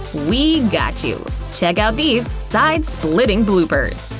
we got you. check out these side-splitting bloopers!